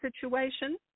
situation